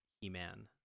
He-Man